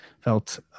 felt